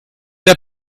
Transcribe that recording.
der